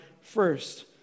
first